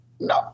No